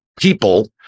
people